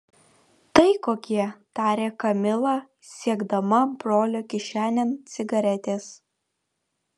tai kokie tarė kamila siekdama brolio kišenėn cigaretės